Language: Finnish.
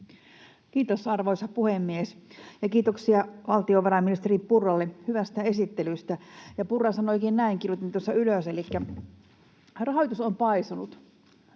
Kiitos, arvoisa puhemies! Ja kiitoksia valtiovarainministeri Purralle hyvästä esittelystä. Purra sanoikin näin, kirjoitin tuossa ylös: rahoitus on paisunut